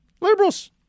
liberals